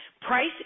Price